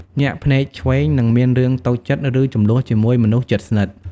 ញាក់ភ្នែកឆ្វេង នឹងមានរឿងតូចចិត្ត ឬជម្លោះជាមួយមនុស្សជិតស្និទ្ធ។